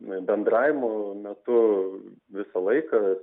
bendravimo metu visą laiką